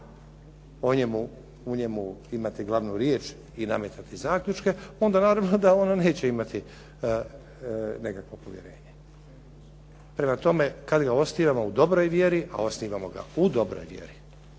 u njemu imati glavnu riječ i nametati zaključke, onda naravno da ono neće imati nekakvo povjerenje. Prema tome, kad ga osnivamo u dobroj vjeri, a osnivamo ga u dobroj vjeri,